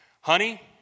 Honey